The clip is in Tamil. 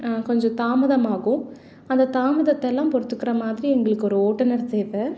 கொஞ்சம் தாமதம் ஆகும் அந்த தாமதத்தலாம் பொறுத்துக்கிற மாதிரி எங்களுக்கு ஒரு ஓட்டுநர் தேவை